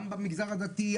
גם במגזר הדתי,